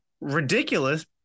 ridiculous